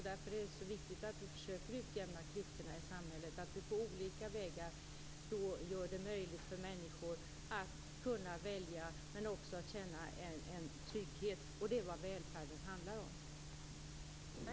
Därför är det så viktigt att vi försöker utjämna klyftorna i samhället, att vi på olika vägar gör det möjligt för människor att välja men också att känna trygghet. Detta är vad välfärden handlar om.